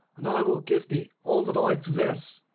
and i will give thee all that i possess